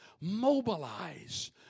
Mobilize